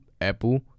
Apple